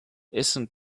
isn’t